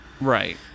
right